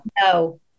No